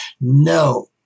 No